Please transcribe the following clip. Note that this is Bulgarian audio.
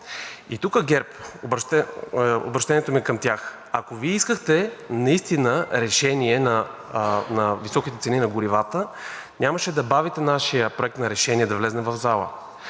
И тука ГЕРБ, обръщението ми е към тях, ако Вие искахте наистина решение на високите цени на горивата, нямаше да бавите нашия проект на решение да влезе в залата,